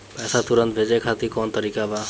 पैसे तुरंत भेजे खातिर कौन तरीका बा?